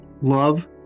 love